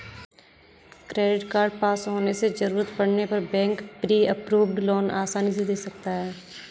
credit card पास होने से जरूरत पड़ने पर बैंक प्री अप्रूव्ड लोन आसानी से दे देता है